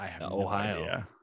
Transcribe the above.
ohio